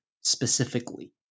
specifically